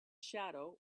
shadow